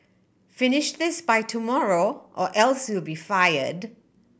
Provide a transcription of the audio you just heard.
finish this by tomorrow or else you'll be fired